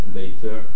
later